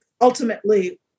ultimately